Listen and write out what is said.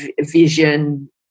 vision